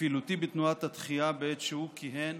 בפעילותי בתנועת התחיה, בעת שהוא כיהן